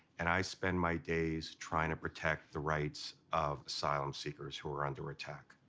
and i spend my days trying to protect the rights of asylum seekers who are under attack.